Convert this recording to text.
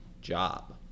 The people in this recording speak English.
job